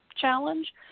challenge